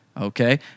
okay